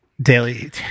Daily